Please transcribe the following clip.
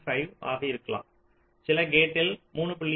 5 ஆக இருக்கலாம் சில கேட்டில் 3